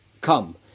come